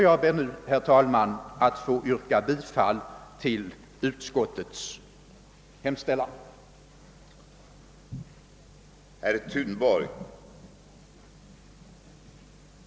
Jag ber, herr talman, att få yrka bifall till utskottets hemställan.